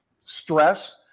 stress